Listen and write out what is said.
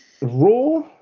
Raw